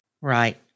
Right